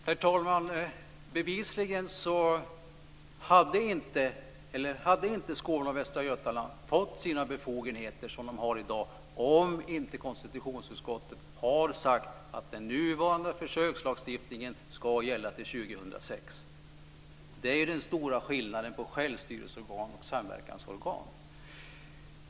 Herr talman! Bevisligen hade inte Skåne och Västra Götaland fått de befogenheter som de har i dag om inte konstitutionsutskottet hade sagt att den nuvarande försökslagstiftningen ska gälla till 2006. Det är ju den stora skillnaden mellan självstyrelseorgan och samverkansorgan.